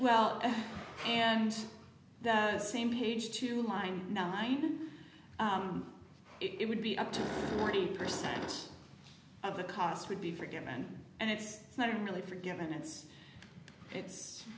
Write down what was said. well and the same page to mine night it would be up to forty percent of the cost would be forgiven and it's not really forgiven it's it's